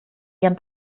ihren